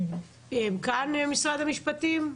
משרד המשפטים כאן?